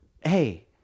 hey